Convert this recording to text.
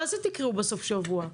מה זה "תקראו בסוף השבוע"?